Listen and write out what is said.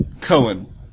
Cohen